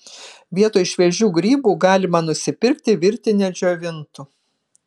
vietoj šviežių grybų galima nusipirkti virtinę džiovintų